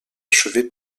achevé